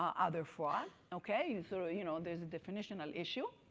um other fraud, okay? so you know and there's a definitional issue.